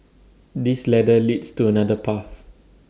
this ladder leads to another path